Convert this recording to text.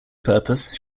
purpose